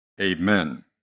Amen